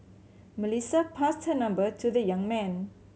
Melissa passed her number to the young man